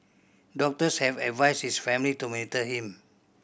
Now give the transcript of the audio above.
doctors have advised his family to monitor him